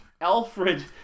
Alfred